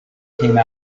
came